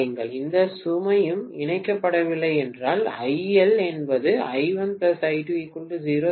எந்த சுமையும் இணைக்கப்படவில்லை என்றால் IL என்பது I1I20 சமமாக இருக்கும்